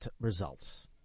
results